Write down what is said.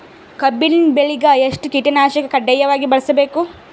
ಕಬ್ಬಿನ್ ಬೆಳಿಗ ಎಷ್ಟ ಕೀಟನಾಶಕ ಕಡ್ಡಾಯವಾಗಿ ಬಳಸಬೇಕು?